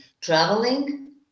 traveling